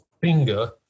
finger